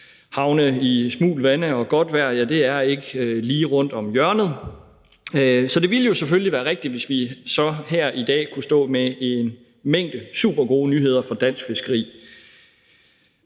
havne i smult vande og godt vejr er ikke lige rundt om hjørnet. Så det ville selvfølgelig være rigtig godt, hvis vi så her i dag kunne stå med en mængde supergode nyheder for dansk fiskeri.